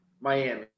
Miami